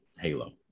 Halo